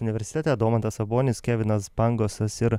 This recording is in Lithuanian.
universitete domantas sabonis kevinas pangosas ir